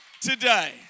today